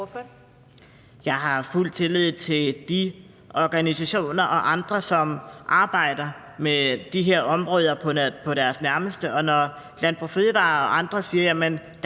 Jeg har fuld tillid til de organisationer og andre, som arbejder med de her områder som deres nærmeste arbejde. Når Landbrug & Fødevarer og andre siger, at der ikke